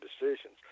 decisions